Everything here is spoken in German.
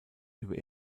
über